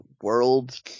world